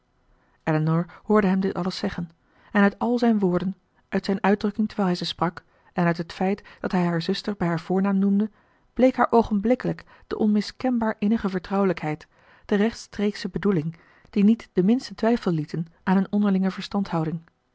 elinor hoorde hem dit alles zeggen en uit al zijn woorden uit zijn uitdrukking terwijl hij ze sprak en uit het feit dat hij haar zuster bij haar voornaam noemde bleek haar oogenblikkelijk de onmiskenbaar innige vertrouwelijkheid de rechtstreeksche bedoeling die niet den minsten twijfel lieten aan hun onderlinge verstandhouding